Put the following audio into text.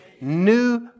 New